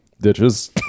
Ditches